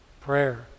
prayer